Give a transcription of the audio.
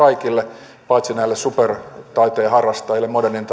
kaikille paitsi näille supertaiteenharrastajille modernin